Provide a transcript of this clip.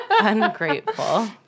Ungrateful